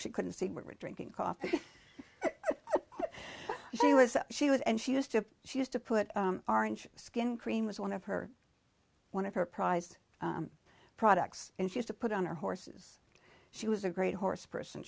she couldn't see where we're drinking coffee she was she was and she used to she used to put our and skin cream was one of her one of her prized products and used to put on her horses she was a great horse person